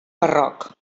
barroc